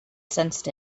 sensed